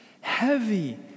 Heavy